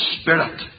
spirit